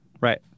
Right